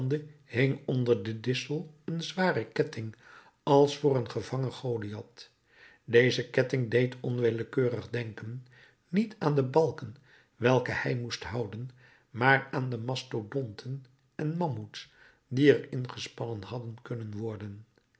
hing onder den dissel een zware ketting als voor een gevangen goliath deze ketting deed onwillekeurig denken niet aan de balken welke hij moest houden maar aan de mastodonten en mammouts die er in gespannen hadden kunnen worden